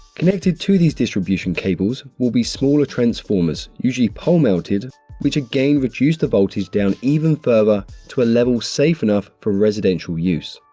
connected to these distribution cables will be smaller transformers, usually pole-mounted which again reduce the voltage down even further to a level safe enough for residential use.